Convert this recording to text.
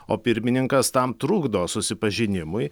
o pirmininkas tam trukdo susipažinimui